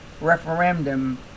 referendum